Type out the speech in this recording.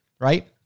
right